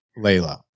Layla